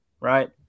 right